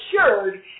assured